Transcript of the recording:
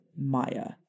Maya